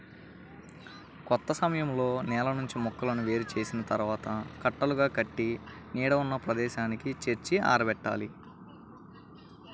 కోత సమయంలో నేల నుంచి మొక్కలను వేరు చేసిన తర్వాత కట్టలుగా కట్టి నీడ ఉన్న ప్రదేశానికి చేర్చి ఆరబెట్టాలి